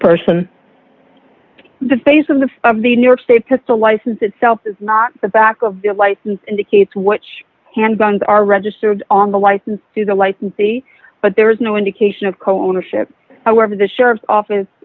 person the face of the of the new york state pistol license itself is not the back of the license indicate which handguns are registered on the license to the licensee but there is no indication of co ownership however the sheriff's office